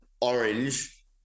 orange